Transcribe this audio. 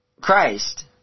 Christ